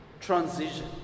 transition